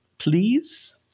Please